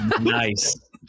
nice